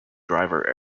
driver